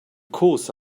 course